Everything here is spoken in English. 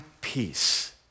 peace